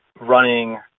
running